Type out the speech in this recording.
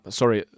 sorry